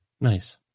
Nice